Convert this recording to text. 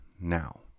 now